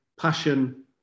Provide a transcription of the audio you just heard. passion